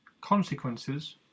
Consequences